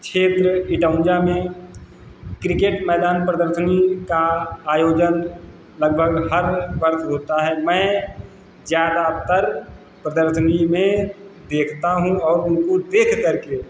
छेत्र इटौंजा में क्रिकेट मैदान प्रदर्शनी का आयोजन लगभग हर वर्ष होता है मैं ज़्यादातर प्रदर्शनी में देखता हूँ और उनको देख करके